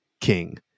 king